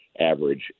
average